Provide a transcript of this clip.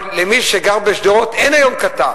אבל למי שגר בשדרות אין היום קטר,